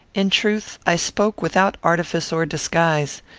in truth, i spoke without artifice or disguise.